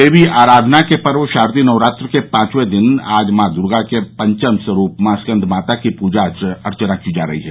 देवी आराधना के पर्व शारदीय नवरात्र के पांचवें दिन आज मॉ दुर्गा के पंचम स्वरूप मॉ स्कन्दमाता की पूजा अर्चना की जा रही है